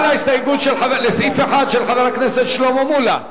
הצבעה על ההסתייגות לסעיף 1 של חבר הכנסת שלמה מולה.